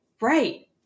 right